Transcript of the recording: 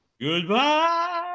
goodbye